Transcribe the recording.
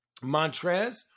Montrez